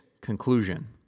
Conclusion